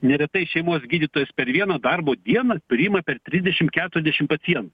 neretai šeimos gydytojas per vieną darbo dieną priima per trisdešim keturiasdešim pacientų